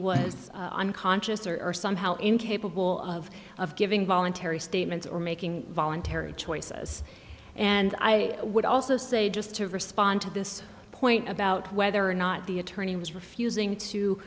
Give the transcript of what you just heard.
was unconscious or somehow incapable of giving voluntary statements or making voluntary choices and i would also say just to respond to this point about whether or not the attorney was refusing to